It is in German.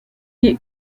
die